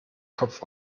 kopf